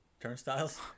Turnstiles